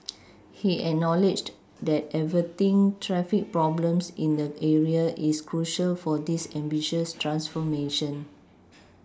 he acknowledged that averting traffic problems in the area is crucial for this ambitious transformation